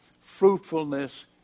fruitfulness